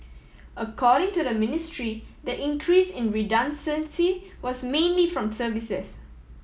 according to the Ministry the increase in redundancy was mainly from services